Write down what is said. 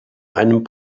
einem